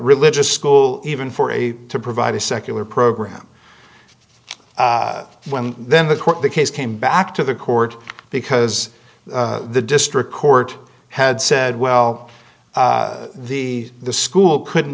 religious school even for a to provide a secular program when then the court the case came back to the court because the district court had said well the the school couldn't